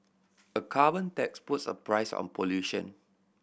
a carbon tax puts a price on pollution